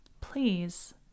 please